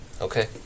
Okay